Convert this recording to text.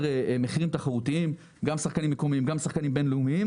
מחירים תחרותיים גם של שחקנים מקומיים וגם שחקנים בין-לאומיים,